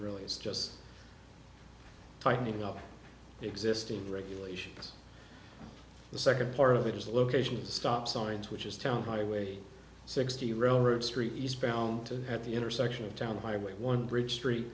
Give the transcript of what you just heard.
really is just tightening up the existing regulations the second part of it is the location of the stop signs which is town highway sixty railroad street eastbound to at the intersection of town highway one bridge street